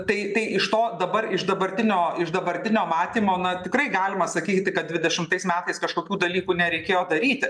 tai tai iš to dabar iš dabartinio iš dabartinio matymo na tikrai galima sakyti kad dvidešimtais metais kažkokių dalykų nereikėjo daryti